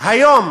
היום